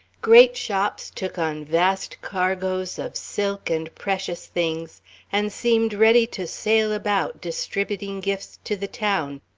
great shops took on vast cargoes of silk and precious things and seemed ready to sail about, distributing gifts to the town,